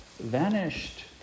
vanished